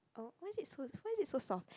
oh why is it why is it so soft